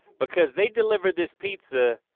because they delivered this pizza.